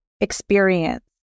experience